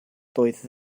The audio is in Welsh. doedd